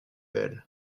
belle